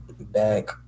back